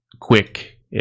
quick